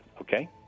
okay